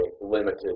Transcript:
limited